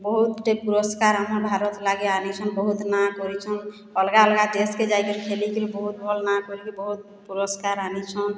ବହୁତଟି ପୁରସ୍କାର ଆମର୍ ଭାରତ ଲାଗି ଆନିଛନ୍ ବହୁତ ନାଁ କରିଛନ୍ ଅଲଗା ଅଲଗା ଦେଶକେ ଯାଇକି ଖେଲି କରି ବହୁତ ଭଲ ନାଁ କରିକି ବହୁତ ପୁରସ୍କାର ଆନିଛନ୍